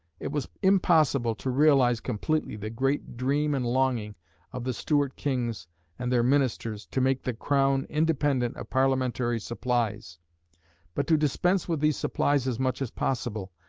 it was impossible to realise completely the great dream and longing of the stuart kings and their ministers to make the crown independent of parliamentary supplies but to dispense with these supplies as much as possible,